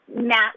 Matt